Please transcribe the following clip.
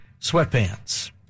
sweatpants